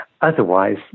otherwise